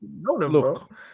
Look